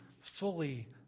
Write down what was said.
fully